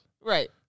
Right